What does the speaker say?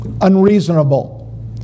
unreasonable